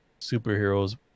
superheroes